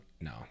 no